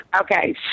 Okay